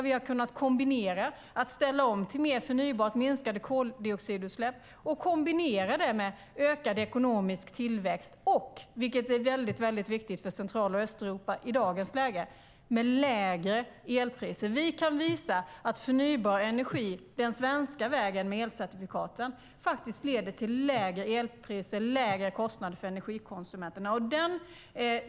Vi har kunnat ställa om till mer förnybart och minskade koldioxidutsläpp och kombinera det med ökad ekonomisk tillväxt och - vilket är väldigt viktigt för Central och Östeuropa i dagens läge - lägre elpriser. Vi kan visa att förnybar energi den svenska vägen med elcertifikaten faktiskt leder till lägre elpriser och lägre kostnader för energikonsumenterna.